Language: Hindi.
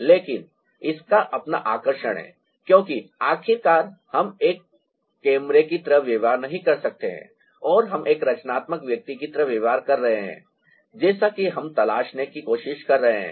लेकिन इसका अपना आकर्षण है क्योंकि आखिरकार हम एक कैमरे की तरह व्यवहार नहीं कर रहे हैं और हम एक रचनात्मक व्यक्ति की तरह व्यवहार कर रहे हैं जैसा कि हम तलाशने की कोशिश कर रहे हैं